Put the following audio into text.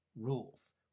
rules